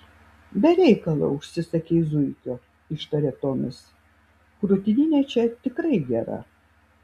be reikalo užsisakei zuikio ištarė tomis krūtininė čia tikrai gera